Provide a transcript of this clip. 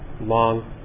long